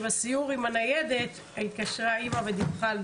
ובסיור עם הניידת התקשרה אימא ודיווחה על